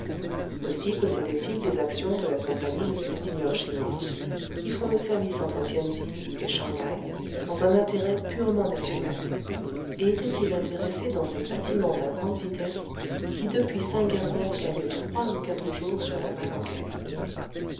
aussi possédait-il des actions de la compagnie de ces steamers chinois qui font le service entre tien tsin et shang haï dans un intérêt purement national et était-il intéressé dans ces bâtiments à grande vitesse qui depuis singapore gagnent trois ou quatre jours sur la malle anglaise